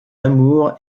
amour